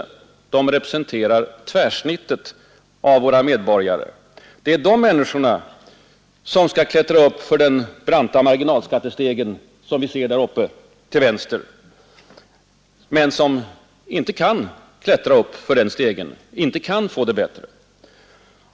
De representerar tvärsnittet av våra medborgare. Det är de människorna som skall klättra uppför den branta marginalskattestegen men som inte kan detta och inte kan få det bättre.